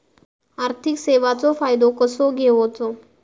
आर्थिक सेवाचो फायदो कसो घेवचो?